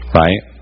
right